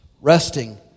resting